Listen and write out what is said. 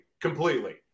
completely